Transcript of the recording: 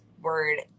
word